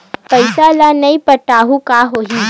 पईसा ल नई पटाहूँ का होही?